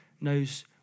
knows